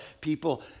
people